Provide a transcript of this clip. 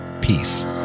Peace